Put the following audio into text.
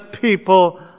people